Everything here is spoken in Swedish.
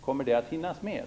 Kommer det att hinnas med?